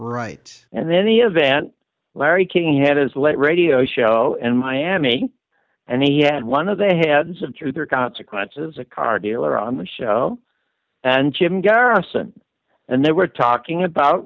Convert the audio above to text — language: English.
right and then the event larry king had his late radio show and miami and he had one of the heads of truth or consequences a car dealer on the show and jim garrison and they were talking about